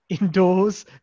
indoors